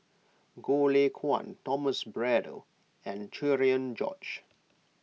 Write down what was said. Goh Lay Kuan Thomas Braddell and Cherian George